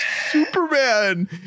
Superman